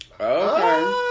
Okay